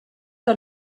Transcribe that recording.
que